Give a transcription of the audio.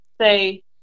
say –